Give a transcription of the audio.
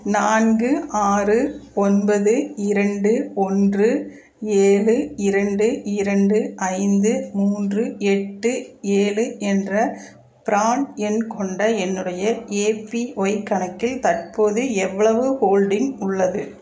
நான்கு ஆறு ஒன்பது இரண்டு ஒன்று ஏழு இரண்டு இரண்டு ஐந்து மூன்று எட்டு ஏழு என்ற பிரான் எண் கொண்ட என்னுடைய ஏபிஒய் கணக்கில் தற்போது எவ்வளவு ஹோல்டிங் உள்ளது